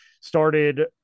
started